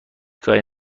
کاری